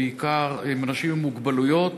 מוגבלויות,